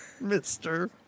mister